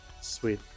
sweet